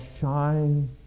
shine